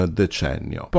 decennio